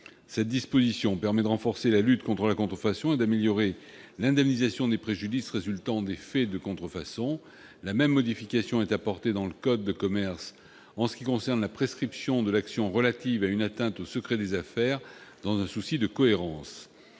Cela permettrait de renforcer la lutte contre la contrefaçon et d'améliorer l'indemnisation des préjudices résultant des faits de contrefaçon. La même modification est apportée dans le code de commerce en ce qui concerne la prescription de l'action relative à une atteinte au secret des affaires, dans un souci de cohérence.